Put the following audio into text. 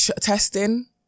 testing